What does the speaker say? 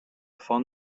font